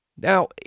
now